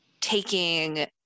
taking